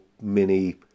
mini